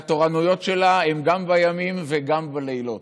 והתורנויות שלה הן גם בימים וגם בלילות.